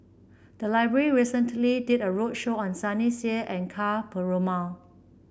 the library recently did a roadshow on Sunny Sia and Ka Perumal